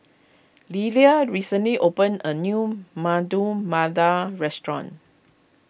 Lillia recently opened a new Medu Vada restaurant